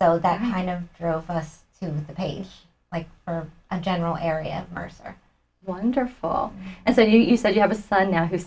so that kind of throw for us to the page like are a general area mercer wonderful and so you said you have a son now who's